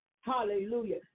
hallelujah